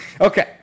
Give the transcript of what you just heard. Okay